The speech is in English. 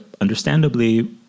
understandably